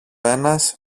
ένας